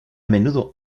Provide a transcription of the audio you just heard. menudo